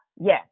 yes